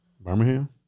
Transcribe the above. Birmingham